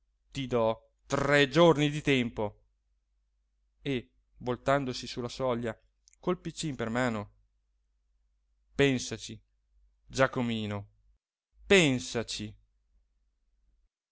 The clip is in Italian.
ti do tre giorni di tempo e voltandosi su la soglia col piccino per mano pensaci giacomino pensaci